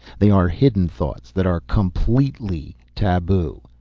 they are hidden thoughts that are completely taboo.